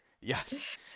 yes